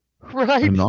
right